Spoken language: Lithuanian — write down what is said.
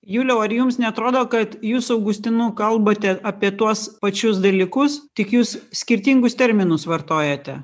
juliau ar jums neatrodo kad jūs augustinu kalbate apie tuos pačius dalykus tik jūs skirtingus terminus vartojate